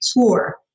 tour